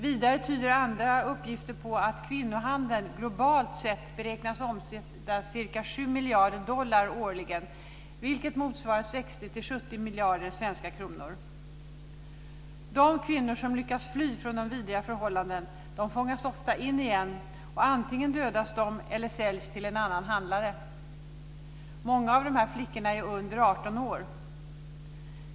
Vidare tyder andra uppgifter på att kvinnohandeln globalt sett beräknas omsätta ca 7 miljarder dollar årligen, vilket motsvarar 60-70 miljarder svenska kronor. De kvinnor som lyckas fly från de vidriga förhållandena fångas ofta in igen. Antingen dödas de eller säljs till en annan handlare. Många av dessa flickor är under 18 år.